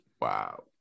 Wow